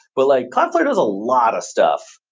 but like cloudflare does a lot of stuff.